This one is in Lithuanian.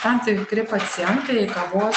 tam tikri pacientai kavos